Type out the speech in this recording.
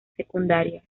secundaria